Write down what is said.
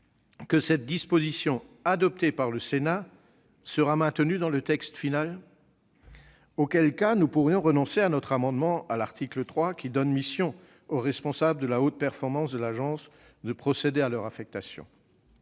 que cette disposition, adoptée par le Sénat, sera maintenue dans le texte final ? Dans ce cas, nous pourrions renoncer à notre amendement à l'article 3, visant à donner mission au responsable de la haute performance de l'Agence de procéder à leurs affectations.